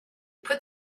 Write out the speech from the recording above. put